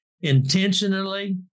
intentionally